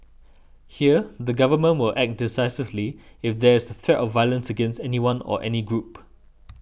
here the government will act decisively if there's threat of violence against anyone or any group